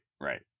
right